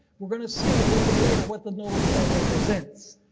we're going to see a little bit later what the notable horn represents.